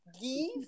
give